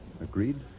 Agreed